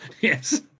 yes